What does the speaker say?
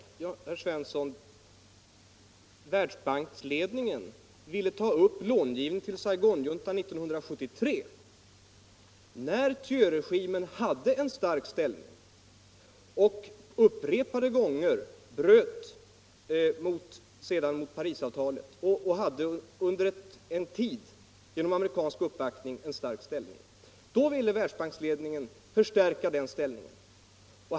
Herr talman! Ja, men herr Svensson i Malmö, Världsbanksledningen ville ta upp långivning till Saigonjuntan redan 1973 när Thieuregimen hade en stark ställning. Under en tid då den genom amerikansk uppbackning hade en stark ställning och sedan upprepade gånger bröt mot Parisavtalet ville Världsbanksledningen förstärka den ställningen.